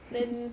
then